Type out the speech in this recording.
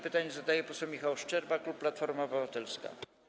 Pytanie zadaje poseł Michał Szczerba, klub Platforma Obywatelska.